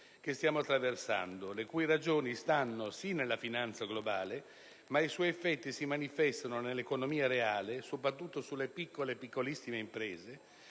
che stiamo attraversando, le cui ragioni stanno sì nella finanza globale, ma i cui effetti si manifestano nell'economia reale, soprattutto sulle piccole e piccolissime imprese,